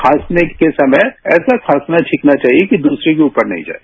खांसने के समय ऐसा खांसना छीकना चाहिए कि द्रसरे के ऊपर न जाये